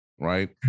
right